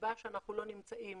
הסיבה שאנחנו לא נמצאים